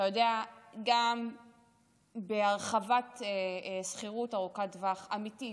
אתה יודע, גם בהרחבת שכירות ארוכת טווח, אמיתית,